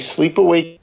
Sleepaway